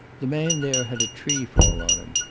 the man there had a tree fall on him.